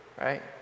right